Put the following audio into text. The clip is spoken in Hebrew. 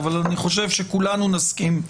אבל אני חושב שכולנו מסכימים,